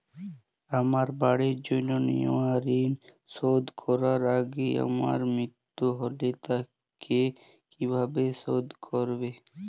আমার বাড়ির জন্য নেওয়া ঋণ শোধ করার আগে আমার মৃত্যু হলে তা কে কিভাবে শোধ করবে?